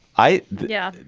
i yeah,